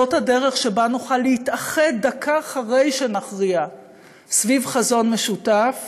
זאת הדרך שבה נוכל להתאחד דקה אחרי שנכריע סביב חזון משותף,